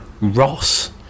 Ross